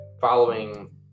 following